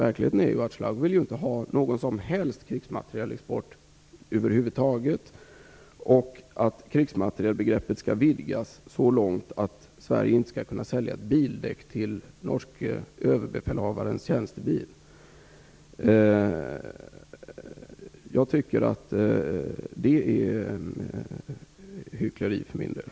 Verkligheten är den att Birger Schlaug inte vill ha någon krigsmaterielexport över huvud taget och att krigsmaterielbegreppet skall vidgas så långt att Sverige inte skall kunna sälja ett bildäck till den norske överbefälhavarens tjänstebil. Jag tycker för min del att det är hyckleri.